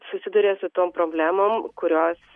susiduria su tom problemom kurios